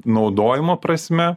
naudojimo prasme